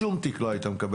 שום תיק לא היית מקבל.